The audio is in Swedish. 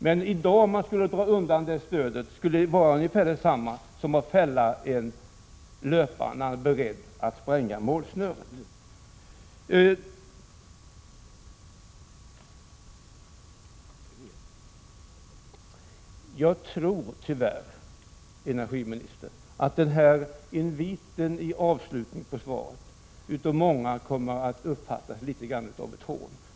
Men om man i dag skulle dra undan detta stöd, skulle det vara ungefär detsamma som att fälla en löpare när han är beredd att spränga målsnöret. Jag tror tyvärr, energiministern, att den här inviten i avslutningen på svaret av många kommer att uppfattas som något av ett hån.